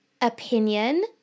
opinion